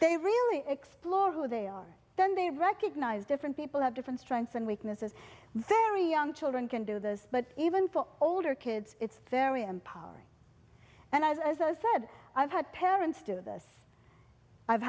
they really explore who they are then they recognize different people have different strengths and weaknesses very young children can do this but even for older kids it's very empowering and as i said i've had parents do this i've